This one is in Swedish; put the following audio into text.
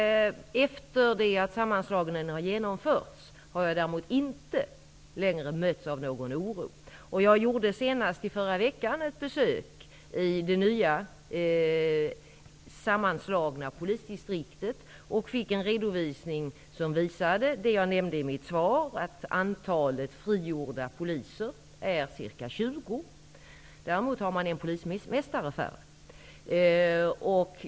Efter det att sammanslagningen har genomförts har jag inte mötts av någon oro. Jag gjorde senast i förra veckan ett besök i det nya sammanslagna polisdistriktet. Jag fick en redovisning som visade det jag nämnde i mitt svar, nämligen att ca 20 poliser har kunnat frigöras för andra arbetsuppgifter. Däremot finns det en polismästare färre.